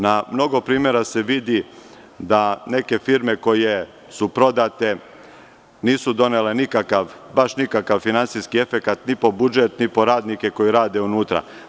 Na mnogo primera se vidi da neke firme koje su prodate nisu donele nikakav, baš nikakav finansijski efekat, ni po budžet, ni po radnike koji rade unutra.